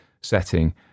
setting